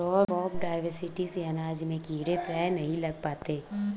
crop diversity से अनाज में कीड़े प्रायः नहीं लग पाते हैं